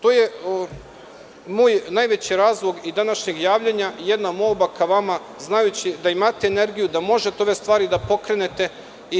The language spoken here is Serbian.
To je moj najveći razlog i današnjeg javljanja, jedna molba ka vama, znajući da imate energiju da možete ove stvari da pokrenete.